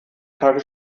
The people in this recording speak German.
tage